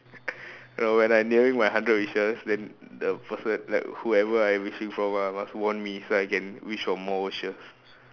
no when I nearing my hundred wishes then the person like whoever I wishing from ah must warn me so I can wish for more wishes